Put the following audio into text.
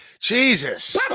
Jesus